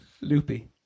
Loopy